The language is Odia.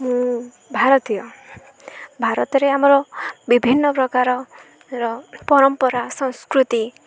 ମୁଁ ଭାରତୀୟ ଭାରତରେ ଆମର ବିଭିନ୍ନ ପ୍ରକାରର ପରମ୍ପରା ସଂସ୍କୃତି